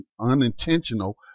unintentional